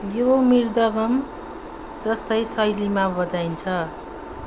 यो मृदगम जस्तै शैलीमा बजाइन्छ